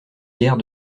guère